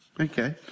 Okay